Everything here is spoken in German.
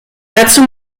dazu